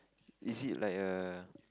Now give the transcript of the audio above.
is it like a